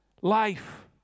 life